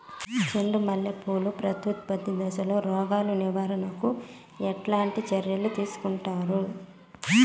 చెండు మల్లె పూలు ప్రత్యుత్పత్తి దశలో రోగాలు నివారణకు ఎట్లాంటి చర్యలు తీసుకుంటారు?